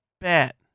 bet